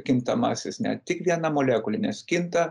kintamasis ne tik viena molekuliė nes kinta